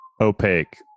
opaque